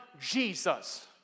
Jesus